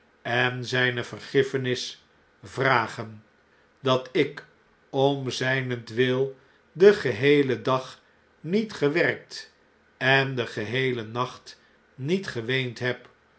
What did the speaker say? en zpe vergiffenis vragen dat ik om zijnentwil den geheelen dag niet gewerkt en den geheelen nacht niet geweend heb